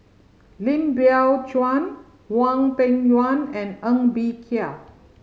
Lim Biow Chuan Hwang Peng Yuan and Ng Bee Kia